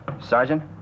Sergeant